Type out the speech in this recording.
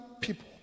people